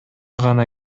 гана